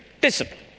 discipline